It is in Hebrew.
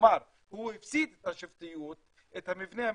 כלומר הוא הפסיד את השבטיות, את המבנה המסורתי,